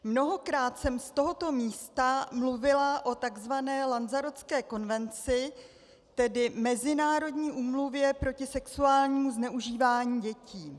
Mnohokrát jsem z tohoto místa mluvila o takzvané Lanzarotské konvenci, tedy mezinárodní úmluvě proti sexuálnímu zneužívání dětí.